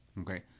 okay